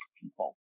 people